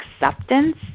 acceptance